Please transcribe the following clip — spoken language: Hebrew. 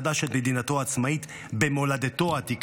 את מדינתו העצמאית במולדתו העתיקה,